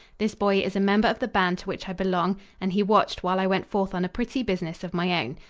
this boy is a member of the band to which i belong and he watched while i went forth on a pretty business of my own.